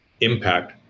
impact